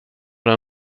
det